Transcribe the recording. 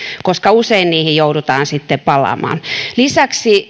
koska usein niihin joudutaan sitten palaamaan lisäksi